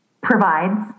provides